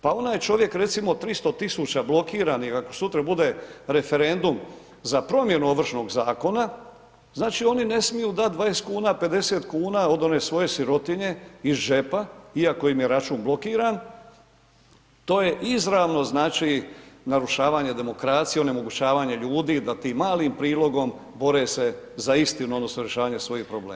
Pa onaj čovjek recimo, 300 tisuća blokiranih, ako sutra bude referendum za promjenu Ovršnog zakona, znači oni ne smiju dati 20 kuna, 50 kuna od one svoje sirotinje iz džepa iako im je račun blokiran, to je izravno znači, narušavanje demokracije, onemogućavanje ljudi da tim malim prilogom bore se za istinu odnosno rješavanje svojih problema.